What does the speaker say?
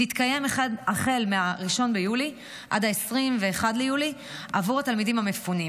תתקיים החל מ-1 ביולי עד 21 ליולי עבור התלמידים המפונים.